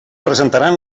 presentaran